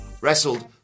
wrestled